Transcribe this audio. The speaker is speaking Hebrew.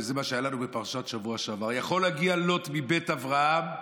וזה מה שהיה לנו בפרשה בשבוע שעבר: יכול להגיע לוט מבית אברהם,